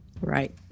Right